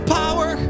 power